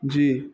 جی